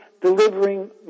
delivering